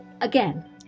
again